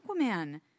Aquaman